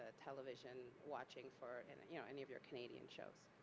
ah television watching for and you know any of your canadian shows?